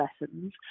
lessons